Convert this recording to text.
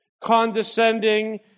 Condescending